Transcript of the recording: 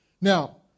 Now